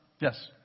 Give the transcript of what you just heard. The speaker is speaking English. Yes